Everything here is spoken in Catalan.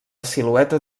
silueta